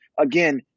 again